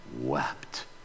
wept